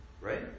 Right